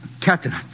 Captain